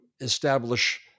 establish